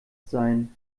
sein